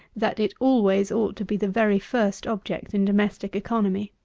that it always ought to be the very first object in domestic economy.